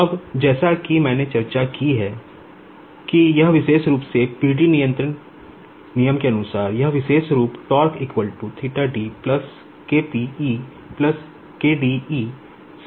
अब जैसा कि मैंने चर्चा की है कि यह विशेष रूप से PD नियंत्रण नियम के अनुसार यह विशेष रूप से